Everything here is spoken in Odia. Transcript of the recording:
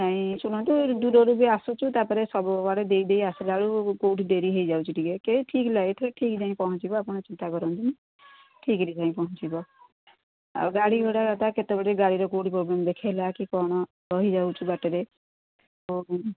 ନାଇଁ ଶୁଣନ୍ତୁ ଦୂରରୁ ବି ଆସୁଛୁ ତା'ପରେ ସବୁ ଆଡ଼େ ଦେଇଦେଇ ଆସିଲା ବେଳକୁ କେଉଁଠି ଡେରି ହେଇଯାଉଛି ଟିକେ କେହି ଠିକ୍ ଏଥିର ଠିକ୍ ଯାଇଁ ପହଞ୍ଚିବ ଆପଣ ଚିନ୍ତା କରନ୍ତୁ ଠିକ୍ରେ ଯାଇଁ ପହଞ୍ଚିବ ଆଉ ଗାଡ଼ି ଭଡ଼ାଟା କେତେବେଳେ ଗାଡ଼ିର କେଉଁ ପ୍ରୋବ୍ଲେମ୍ ଦେଖେଇଲା କି କ'ଣ ରହିଯାଉଛୁ ବାଟରେ